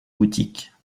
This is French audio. boutiques